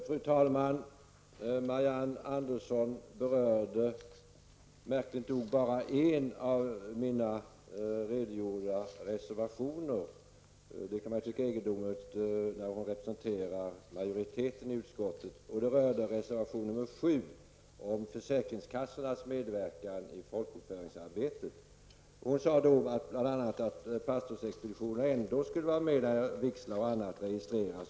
Fru talman! Marianne Andersson kommenterade märkligt nog bara en av de reservationer som jag redogjorde för. Det kan tyckas egendomligt eftersom hon representerar majoriteten i utskottet. Hennes kommentarer gällde reservation 7 om försäkringskassornas medverkan i folkbokföringsarbetet. Hon sade bl.a. att pastorsexpeditionerna ändå skulle vara med i bilden när vigslar och annat registrerades.